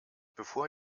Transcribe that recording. bevor